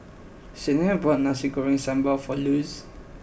Sienna bought Nasi Goreng Sambal for Luz